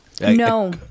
No